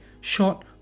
shot